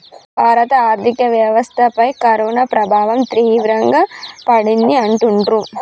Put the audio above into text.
భారత ఆర్థిక వ్యవస్థపై కరోనా ప్రభావం తీవ్రంగా పడింది అంటుండ్రు